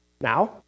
Now